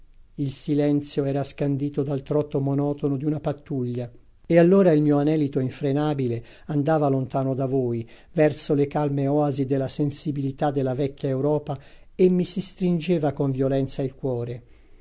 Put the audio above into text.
il silenzio era scandito dal trotto monotono di una pattuglia e allora il mio anelito infrenabile andava lontano da voi verso le calme oasi della sensibilità della vecchia europa e mi si stringeva con violenza il cuore